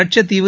வட்சத்தீவு